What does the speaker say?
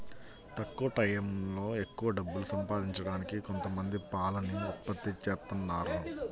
తక్కువ టైయ్యంలో ఎక్కవ డబ్బులు సంపాదించడానికి కొంతమంది పాలని ఉత్పత్తి జేత్తన్నారు